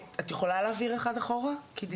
נמשך.